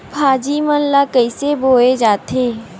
भाजी मन ला कइसे बोए जाथे?